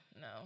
no